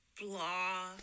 blah